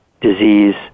disease